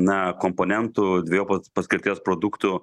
na komponentų dvejopos paskirties produktų